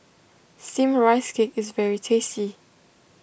Steamed Rice Cake is very tasty